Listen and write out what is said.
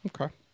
Okay